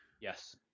Yes